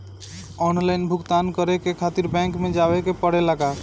Online भुगतान करे के खातिर बैंक मे जवे के पड़ेला का?